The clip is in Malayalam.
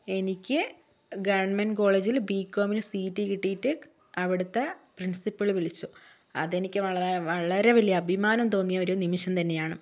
എനിക്ക് ഗവൺമെൻറ്റ് കോളേജിൽ ബികോമിന് സീറ്റ് കിട്ടിയിട്ട് അവിടുത്തെ പ്രിൻസിപ്പൾ വിളിച്ചു അതെനിക്ക് വളരെ വളരെ വലിയ അഭിമാനം തോന്നിയ ഒരു നിമിഷം തന്നെയാണ്